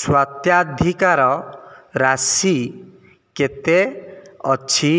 ସତ୍ତ୍ୱାଧିକାର ରାଶି କେତେ ଅଛି